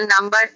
number